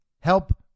help